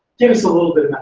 give us a little bit